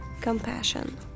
Compassion